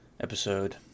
episode